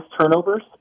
turnovers –